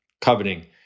coveting